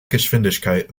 geschwindigkeit